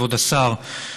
כבוד השר,